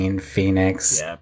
phoenix